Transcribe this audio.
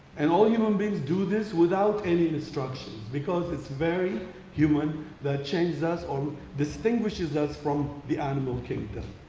and all human beings do this without any instructions because it's very human that changes us or distinguishes us from the animal kingdom.